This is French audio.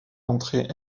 entrée